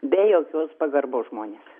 be jokios pagarbos žmonės